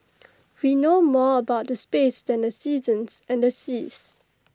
we know more about the space than the seasons and the seas